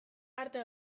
arte